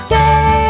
day